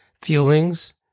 feelings